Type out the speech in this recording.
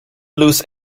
lose